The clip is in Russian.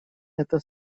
это